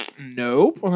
nope